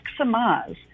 maximize